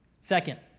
Second